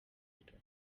ubutaka